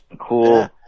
Cool